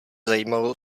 zajímalo